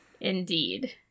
Indeed